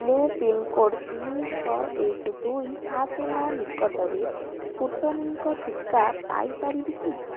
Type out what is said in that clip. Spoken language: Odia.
ମୁଁ ପିନ୍କୋଡ଼୍ ତିନି ଛଅ ଏକ ଦୁଇ ସାତ ନଅ ନିକଟରେ ସ୍ପୁଟନିକ୍ ଟୀକା ପାଇପାରିବି କି